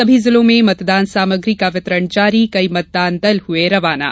सभी जिलों में मतदान सामग्री का वितरण जारी कई मतदान दल हुए रवाना